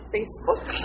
Facebook